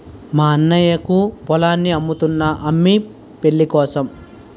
మా అన్నయ్యకు పొలాన్ని అమ్ముతున్నా అమ్మి పెళ్ళికోసం